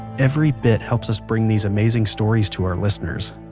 every bit helps us bring these amazing stories to our listeners,